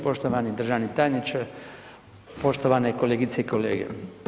Poštovani državni tajniče, poštovane kolegice i kolege.